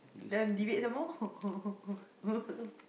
then leave it some more